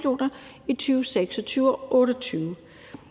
mio. kr. i 2026 og 2028.